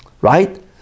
right